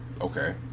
Okay